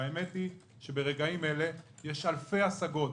והאמת היא שברגעים אלה יש אלפי השגות